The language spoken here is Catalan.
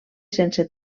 sense